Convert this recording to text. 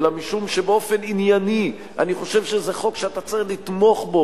אלא משום שבאופן ענייני אני חושב שזה חוק שאתה צריך לתמוך בו